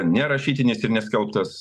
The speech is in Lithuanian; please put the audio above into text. ne rašytinis ir neskelbtas